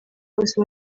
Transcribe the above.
bose